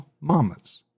Mama's